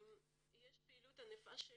יש פעילות ענפה של